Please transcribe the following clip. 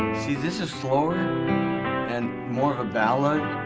see, this is slower and more of a ballad.